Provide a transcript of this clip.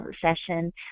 session